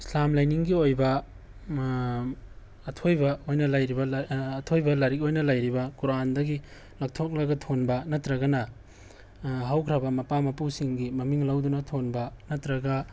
ꯏꯁꯂꯥꯝ ꯂꯥꯏꯅꯤꯡꯒꯤ ꯑꯣꯏꯕ ꯑꯊꯣꯏꯕ ꯑꯣꯏꯅ ꯂꯩꯔꯤꯕ ꯑꯊꯣꯏꯕ ꯂꯥꯏꯔꯤꯛ ꯑꯣꯏꯅ ꯂꯩꯔꯤꯕ ꯀꯨꯔꯥꯟꯗꯒꯤ ꯂꯧꯊꯣꯛꯂꯒ ꯊꯣꯟꯕ ꯅꯠꯇ꯭ꯔꯒꯅ ꯍꯧꯈ꯭ꯔꯕ ꯃꯄꯥ ꯃꯄꯨꯁꯤꯡꯒꯤ ꯃꯃꯤꯡ ꯂꯧꯗꯨꯅ ꯊꯣꯟꯕ ꯅꯠꯇ꯭ꯔꯒ